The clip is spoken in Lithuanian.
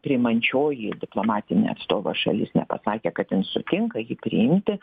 priimančioji diplomatinė atstovo šalis nepasakė kad jin sutinka jį priimti